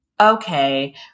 Okay